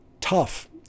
tough